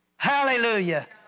Hallelujah